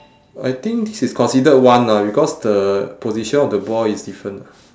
I think this is considered one ah because the position of the ball is different ah